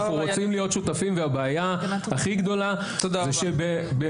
אנחנו רוצים להיות שותפים והבעיה הכי גדולה זה שבמדינה,